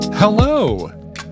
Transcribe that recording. Hello